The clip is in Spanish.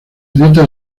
dieta